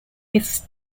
its